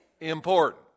important